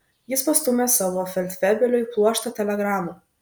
jis pastūmė savo feldfebeliui pluoštą telegramų